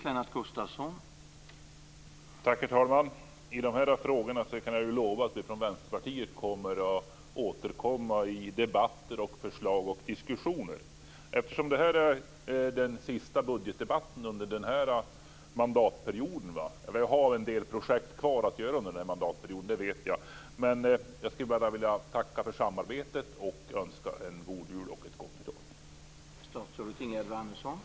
Herr talman! Jag kan lova att vi från Vänsterpartiet kommer att återkomma i dessa frågor i debatter, förslag och diskussioner. Eftersom detta är den sista budgetdebatten under denna mandatperiod - jag vet att vi har en del projekt kvar att göra under denna mandatperiod - skulle jag bara vilja tacka för samarbetet och önska en god jul och ett gott nytt år.